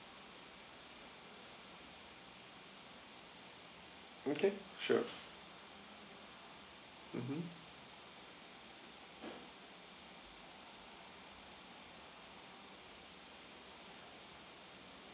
okay sure mmhmm